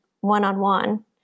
one-on-one